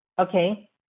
Okay